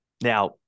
Now